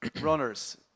runners